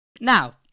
Now